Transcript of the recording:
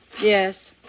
Yes